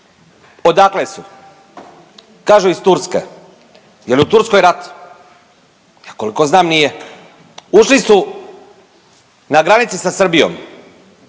Odakle su, kažu iz Turske. Je li u Turskoj rat? Ja, koliko znam, nije. Ušli su na granici sa Srbijom,